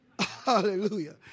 Hallelujah